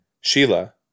Sheila